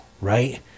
right